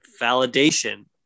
validation